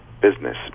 business